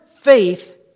faith